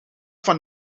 van